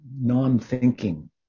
non-thinking